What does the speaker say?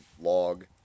log